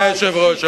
אדוני היושב-ראש,